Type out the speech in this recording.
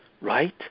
Right